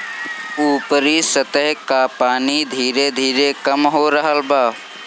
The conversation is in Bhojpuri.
ऊपरी सतह कअ पानी धीरे धीरे कम हो रहल बा